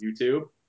youtube